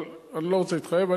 אני לא רוצה להתחייב,